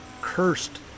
cursed